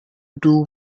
itu